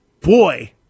Boy